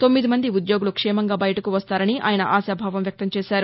తొమ్మిది మంది ఉద్యోగులు క్షేమంగా బయటకు వస్తారని ఆయన ఆశాభావం వ్యక్తంచేశారు